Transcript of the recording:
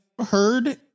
heard